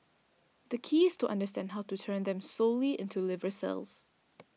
the key is to understand how to turn them solely into liver cells